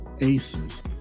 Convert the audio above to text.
ACEs